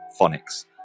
phonics